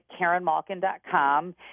KarenMalkin.com